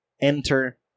enter